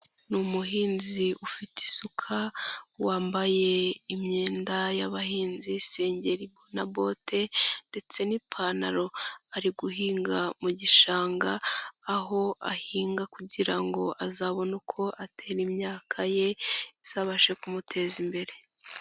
Ni umuhinzi ufite isuka wambaye imyenda y'abahinzi isengeri na bote ndetse n'ipantaro, ari guhinga mu gishanga aho ahinga kugira ngo azabone uko atera imyaka ye izabashe kumuteza imbere.